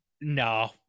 no